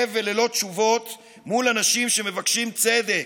כואב וללא תשובות מול אנשים שמבקשים צדק,